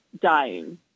dying